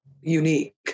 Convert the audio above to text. unique